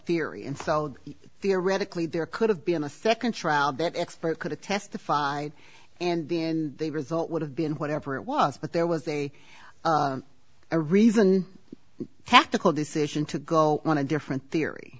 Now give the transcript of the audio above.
theory infeld theoretically there could have been a second trial that expert could have testified and then the result would have been whatever it was but there was a a reason tactical decision to go on a different theory